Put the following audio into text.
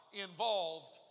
involved